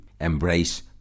embrace